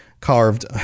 carved